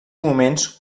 moments